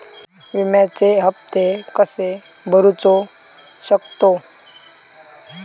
विम्याचे हप्ते कसे भरूचो शकतो?